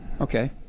Okay